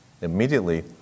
Immediately